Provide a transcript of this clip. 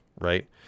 right